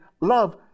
love